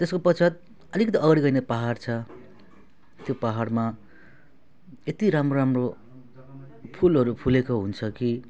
त्यसको पश्चात् अलिकति अगाडि गयो भने पहाड छ त्यो पहाडमा यति राम्रो राम्रो फुलहरू फुलेको हुन्छ कि